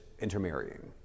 intermarrying